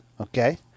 Okay